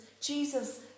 Jesus